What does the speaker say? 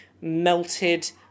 melted